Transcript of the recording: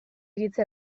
iritzi